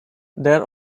their